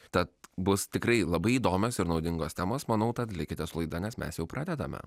tad bus tikrai labai įdomios ir naudingos temos manau tad likite su laida nes mes jau pradedame